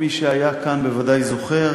מי שהיה כאן בוודאי זוכר